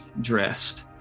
dressed